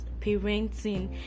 parenting